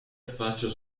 affaccia